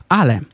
ale